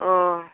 अ